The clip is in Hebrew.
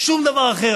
שום דבר אחר.